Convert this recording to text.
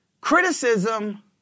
Criticism